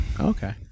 okay